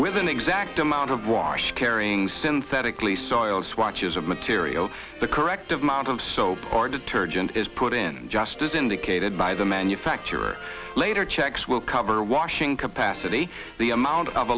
with an exact amount of wash carrying synthetically soiled swatches of material the correct amount of soap or detergent is put in just as indicated by the manufacturer later checks will cover washing capacity the amount of